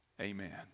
amen